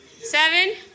Seven